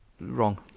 wrong